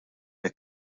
hekk